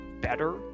better